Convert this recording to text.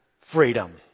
freedom